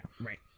right